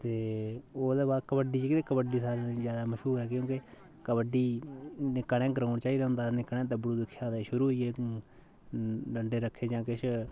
ते ओह्दे बाद कबड्डी जेह्की कबड्डी सारें कोला ज्यादा मश्हूर ऐ क्योंकि कबड्डी निक्का नेहा ग्राउंड चाहि्दा होंदा निक्का नेहा तब्बू दिक्खेआ ते शुरू होई गे डंडे रक्खे जां किश